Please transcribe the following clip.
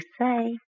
say